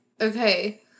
okay